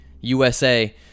USA